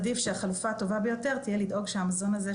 החלופה הטובה ביותר תהיה לדאוג שהמזון הזה,